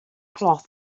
cloth